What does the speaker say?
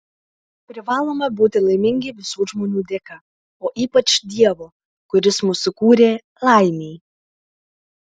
privalome būti laimingi visų žmonių dėka o ypač dievo kuris mus sukūrė laimei